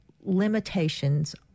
limitations